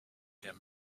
him